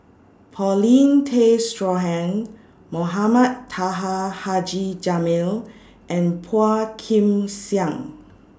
Paulin Tay Straughan Mohamed Taha Haji Jamil and Phua Kin Siang